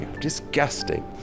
Disgusting